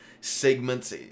segments